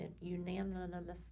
unanimously